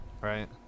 right